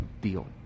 deal